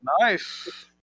Nice